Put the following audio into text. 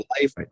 life